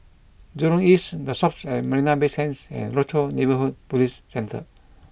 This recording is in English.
Jurong East The Shoppes at Marina Bay Sands and Rochor Neighborhood Police Centre